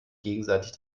gegenseitig